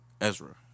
Ezra